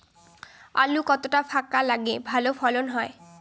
আলু কতটা ফাঁকা লাগে ভালো ফলন হয়?